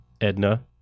Edna